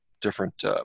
different